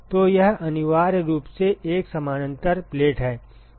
तो यह अनिवार्य रूप से एक समानांतर प्लेट है